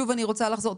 שוב אני רוצה לחזור,